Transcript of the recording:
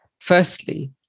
Firstly